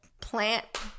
Plant